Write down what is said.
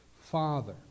father